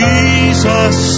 Jesus